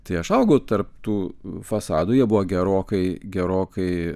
tai aš augau tarp tų fasadų jie buvo gerokai gerokai